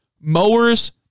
mowers